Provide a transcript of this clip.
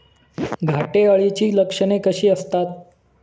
घाटे अळीची लक्षणे कशी असतात?